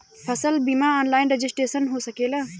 फसल बिमा online registration हो सकेला?